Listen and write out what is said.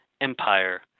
empire